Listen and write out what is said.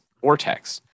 Vortex